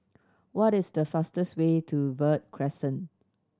what is the fastest way to Verde Crescent